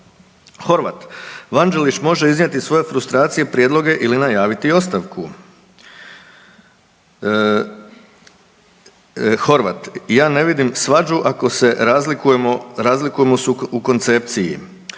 Horvat, Vanđelić može iznijeti svoje frustracije, prijedloge ili najaviti ostavku. Horvat, ja ne vidim svađu ako se razlikujemo, razlikujemo